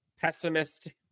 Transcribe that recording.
Pessimist